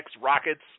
rockets